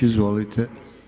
Izvolite.